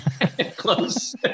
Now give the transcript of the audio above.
close